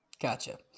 gotcha